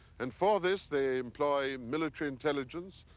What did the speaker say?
and for this they employ military intelligence,